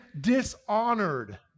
dishonored